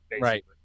Right